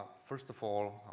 first of all,